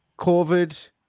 COVID